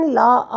law